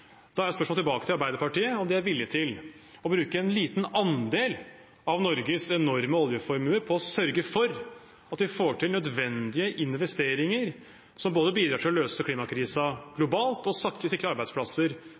da er spørsmålet tilbake til Arbeiderpartiet om de er villig til å bruke en liten andel av Norges enorme oljeformue på å sørge for at vi får til nødvendige investeringer som både bidrar til å løse klimakrisen globalt og samtidig sikrer arbeidsplasser